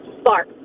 spark